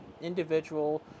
individual